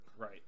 Right